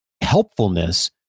helpfulness